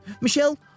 Michelle